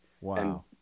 Wow